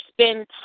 Spend